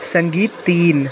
संगीत तीन